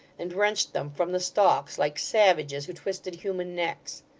and wrenched them from the stalks, like savages who twisted human necks.